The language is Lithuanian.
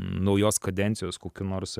naujos kadencijos kokių nors